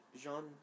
Jean